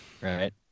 Right